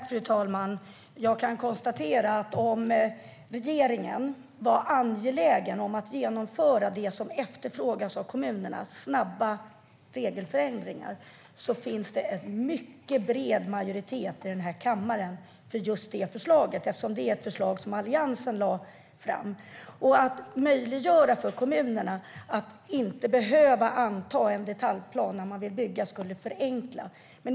Fru talman! Jag kan konstatera att om regeringen var angelägen om att genomföra det som efterfrågas av kommunerna, snabba regelförändringar, finns det en mycket bred majoritet i kammaren för just det förslaget. Det är ett förslag som Alliansen lade fram. Att möjliggöra för kommunerna att inte behöva anta en detaljplan när de vill bygga skulle förenkla.